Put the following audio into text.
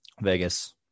vegas